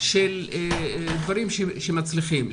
של דברים שמצליחים.